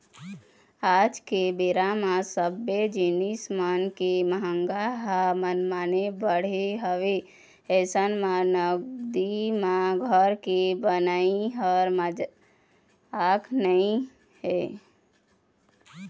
आज के बेरा म सब्बे जिनिस मन के मंहगाई ह मनमाने बढ़े हवय अइसन म नगदी म घर के बनई ह मजाक नइ हे